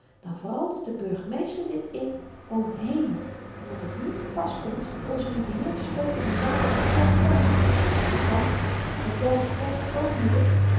dan verandert de burgemeester dit in o hemel omdat het niet te pas komt van onzen lieven heer te spreken in n zaal waar ook wel gedanst wordt want gedanst wordt er ook moeder